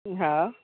हँ